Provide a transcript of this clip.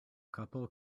couple